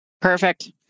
Perfect